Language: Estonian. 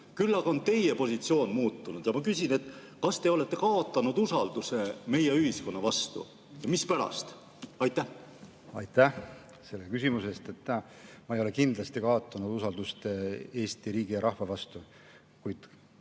küll aga on teie positsioon muutunud. Ma küsin: kas te olete kaotanud usalduse meie ühiskonna vastu ja [kui, siis] mispärast? Aitäh selle küsimuse eest! Ma ei ole kindlasti kaotanud usaldust Eesti riigi ja rahva vastu, kuid